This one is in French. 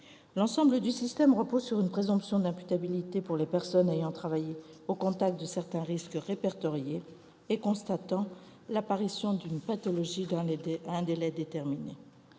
L'ensemble du système repose sur une présomption d'imputabilité pour les personnes ayant travaillé au contact de certains risques répertoriés et constatant l'apparition d'une pathologie dans un délai déterminé.